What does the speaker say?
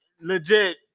legit